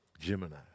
Gemini